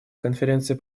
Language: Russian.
конференции